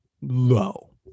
low